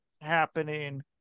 happening